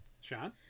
Sean